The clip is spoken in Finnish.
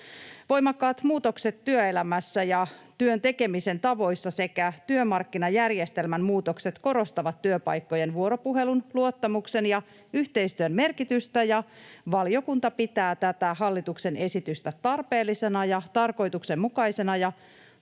Voimakkaat muutokset työelämässä ja työn tekemisen tavoissa sekä työmarkkinajärjestelmän muutokset korostavat työpaikkojen vuoropuhelun, luottamuksen ja yhteistyön merkitystä, ja valiokunta pitää tätä hallituksen esitystä tarpeellisena ja tarkoituksenmukaisena